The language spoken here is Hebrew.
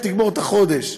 איך תגמור את החודש?